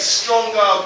stronger